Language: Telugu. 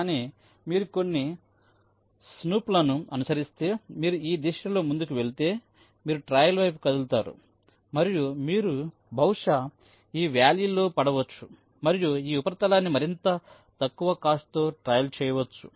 కానీ మీరు కొన్ని స్నూప్లను అనుసరిస్తే మీరు ఈ దిశలో ముందుకు వెళితే మీరు ట్రయల్ వైపు కదులుతారు మరియు మీరు బహుశా ఈ వ్యాలీ లో పడవచ్చు మరియు ఈ పరిష్కారాన్ని మరింత తక్కువ కాస్ట్ తో ట్రయల్ చేయవచ్చు